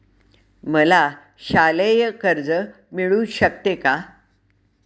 मला शालेय कर्ज मिळू शकते का?